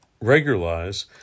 regularize